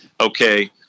okay